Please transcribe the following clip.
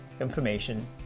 information